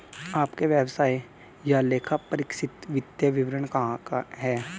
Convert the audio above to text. आपके व्यवसाय का लेखापरीक्षित वित्तीय विवरण कहाँ है?